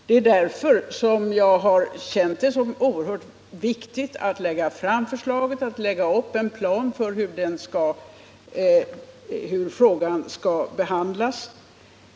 Det är därför som jag har känt det som erhört viktigt att lägga fram förslaget och att lägga upp en plan för hur frågan skall behandlas.